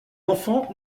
enfants